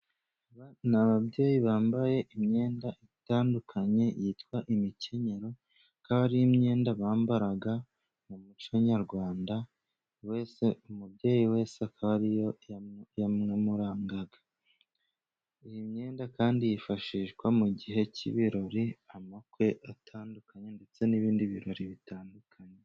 Aba ni ababyeyi bambaye imyenda itandukanye yitwa imikenyero, ikaba ari imyenda bambaraga mu muco nyarwanda. Buri wese, umubyeyi wese akaba ari yo yamurangaga. Iyi myenda kandi yifashishwa mu gihe cy'ibirori, ubukwe butandukanye ndetse n'ibindi birori bitandukanye.